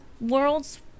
worlds